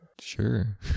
sure